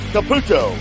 Caputo